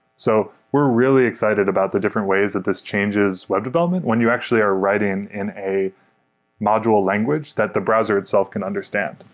so we're really excited about the different ways that this changes web development when you actually are writing in a module language that the browser itself can understand.